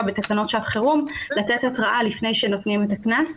בתקנות שעת חירום לתת התראה לפני שנותנים את הקנס.